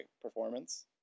performance